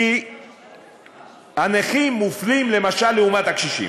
כי הנכים מופלים, למשל, לעומת הקשישים.